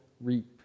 reap